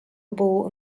bull